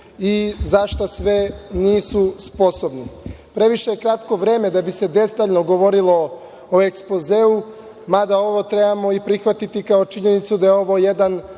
i zašta sve nisu sposobni. Previše je kratko vreme da bi se detaljno govorilo o ekspozeu, mada ovo trebamo i prihvatiti kao činjenicu da je ovo jedan